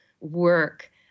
work